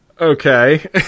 Okay